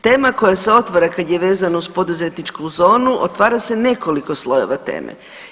Tema koja se otvara kad je vezano uz poduzetničku zonu, otvara se nekoliko slojeva teme.